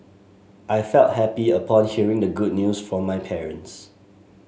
I felt happy upon hearing the good news from my parents